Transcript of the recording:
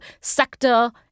sector